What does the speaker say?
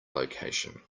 location